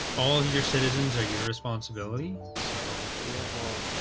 all your citizens are your responsibility so yeah, well,